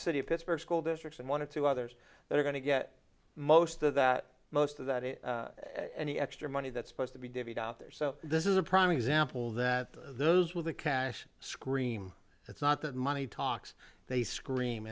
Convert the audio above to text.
city of pittsburgh school districts and wanted to others that are going to get most of that most of that it and the extra money that supposed to be divvied out there so this is a prime example that those with the cash scream it's not that money talks they scream